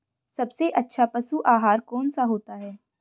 सबसे अच्छा पशु आहार कौन सा होता है?